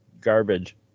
garbage